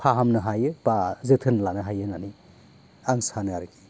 फाहामनो हायो बा जोथोन लानो हायो होननानै आं सानो आरोखि